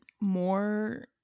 more